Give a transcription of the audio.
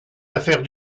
affaires